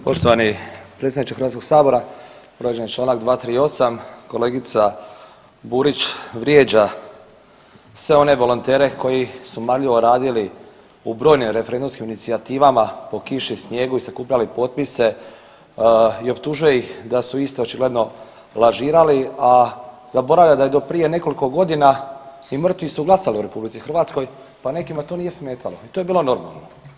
Poštovani predsjedniče HS, … [[Govornik se ne razumije]] čl. 238., kolegica Burić vrijeđa sve one volontere koji su marljivo radili u brojnim referendumskim inicijativama po kiši, snijegu i sakupljali potpise i optužuje ih da su iste očigledno lažirali, a zaboravlja da je do prije nekoliko godina i mrtvi su glasali u RH, pa nekima to nije smetalo i to je bilo normalno.